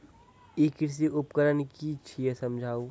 ई कृषि उपकरण कि छियै समझाऊ?